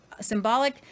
symbolic